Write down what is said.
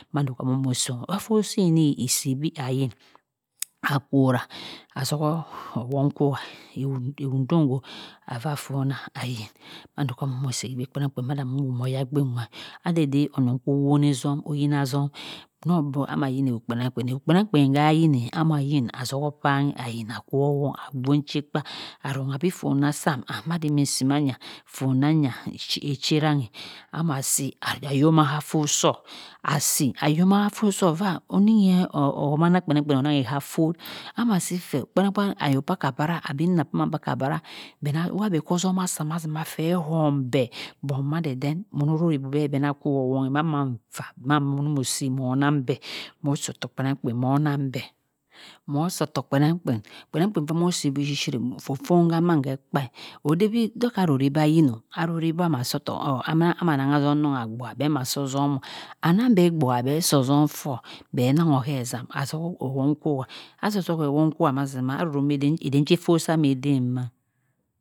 Mhando amoh seh afoh soh eni si bi ayin akhora asoho owungh khowha ewhudongo allah fonah ayin mhando amoh moh seh khoyagbinwha ma-defe onong khowohizum khaeyina zam onong oboh teh amah yini ewho kpenanghkpen hayineh amah yin azo ho kpanyi ayin akwo wong agwonchika arongha bi fohd dumasum madi mi si mayah fold danyah echeh ranghe amah si ayomah ha fold soh asi ayomah ha fold soh oyah onyi hey ohumana kpenangkpen oje ha fold amah si feeh kpana kpana ayo akla bura abina akla bara wha beh kwozum asi matti timah feeh feeh feeh hunbeh but madeden moh roe heh beh beh bhe nah kuwoghe mhan mhan vah mhan mhan omoh si moh nanghe beh mho soh hok kpenangkpen moh nanghe bhe moh soh ottok kpenangkpen, kpenangkpen amoh si bi shi fonan man ekpa. odey bi dolik kha membah yiro ah noribi amah soh ottok or amah nangho ozum nongh abuagh bhe mah sozum oh anang beh bouah beh soh ozum forh beh nangho he zam zohum ohwun kowah ah zoh zoh ohwonkowah mazi mah areng edien cham edinima